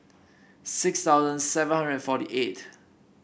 six thousand seven hundred forty eight